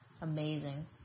amazing